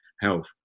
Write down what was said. health